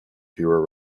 fewer